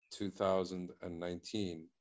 2019